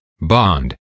bond